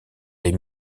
les